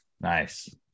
Nice